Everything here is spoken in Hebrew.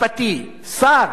השר בגין בעצמו,